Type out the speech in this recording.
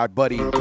buddy